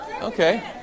Okay